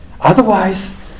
Otherwise